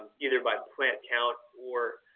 um either by plant count or